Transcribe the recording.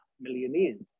millionaires